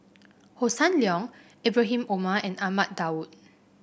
Hossan Leong Ibrahim Omar and Ahmad Daud